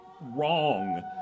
wrong